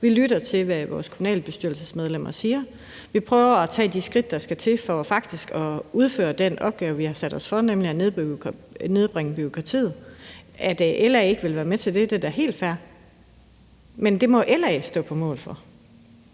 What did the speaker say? Vi lytter til, hvad vores kommunalbestyrelsesmedlemmer siger. Vi prøver at tage de skridt, der skal til for faktisk at udføre den opgave, vi har sat os for, nemlig at nedbringe bureaukratiet. At LA ikke vil være med til det, er da helt fair, men det må LA stå på mål for.